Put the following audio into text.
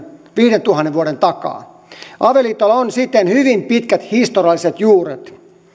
viidentuhannen vuoden takaa avioliitolla on siten hyvin pitkät historialliset juuret